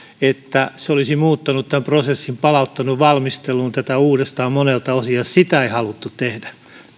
että se olisi muuttanut tämän prosessin palauttanut valmisteluun tätä uudestaan monelta osin ja sitä ei haluttu tehdä